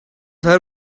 her